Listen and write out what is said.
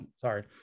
sorry